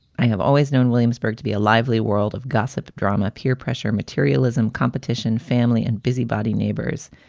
i have always known williamsburg to be a lively world of gossip, drama, peer pressure, materialism, competition, family and busybody neighbors.